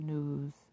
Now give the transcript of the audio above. News